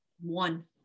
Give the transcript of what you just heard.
One